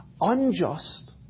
unjust